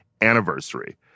anniversary